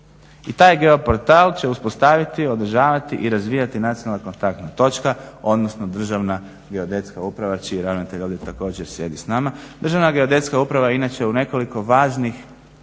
i taj geoportal će uspostaviti, održavati i razvijati nacionalna kontaktna točka odnosno Državna geodetska uprava čiji ravnatelj ovdje također sjedi s nama. Državna geodetska uprava inače u nekoliko važnih